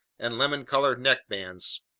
and lemon-colored neck bands,